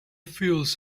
fields